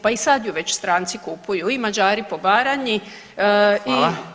Pa i sada ju već stranci kupuju i Mađari po Baranji i